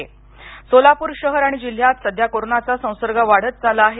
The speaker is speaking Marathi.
सोलापूर सोलापूर शहर आणि जिल्ह्यात सध्या कोरोनाचा संसर्ग वाढत चालला आहे